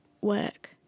work